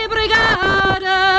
Brigada